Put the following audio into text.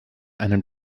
einen